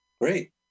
Great